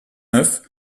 neuf